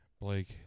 Blake